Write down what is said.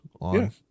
on